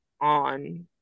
on